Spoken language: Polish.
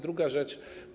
Druga rzecz.